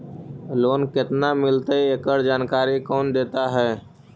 Loan केत्ना मिलतई एकड़ जानकारी कौन देता है?